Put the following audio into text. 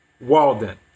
Walden